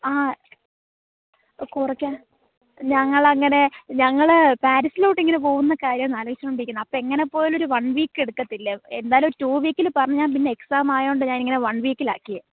ആ കുറക്കാൻ ഞങ്ങൾ അങ്ങനെ ഞങ്ങൾ പാരിസിലോട്ട് ഇങ്ങനെ പോവുന്ന കാര്യമാ ഒന്ന് ആലോചിച്ചുകൊണ്ടിരിക്കുന്നത് അപ്പം എങ്ങനെ പോയാലും ഒരു വൺ വീക്ക് എടുക്കത്തില്ലേ എന്തായാലും ടൂ വീക്കില് പറഞ്ഞാൽ പിന്നെ എക്സാമ് ആയതുകൊണ്ട് ഞാൻ ഇങ്ങനെ വൺ വീക്കിൽ ആക്കിയെ